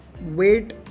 wait